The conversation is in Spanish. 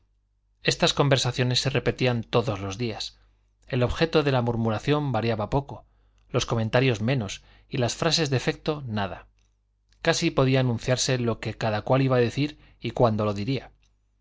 estas conversaciones se repetían todos los días el objeto de la murmuración variaba poco los comentarios menos y las frases de efecto nada casi podía anunciarse lo que cada cual iba a decir y cuándo lo diría